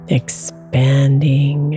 expanding